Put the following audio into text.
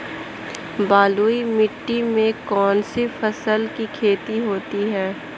बलुई मिट्टी में कौनसी फसल की खेती होती है?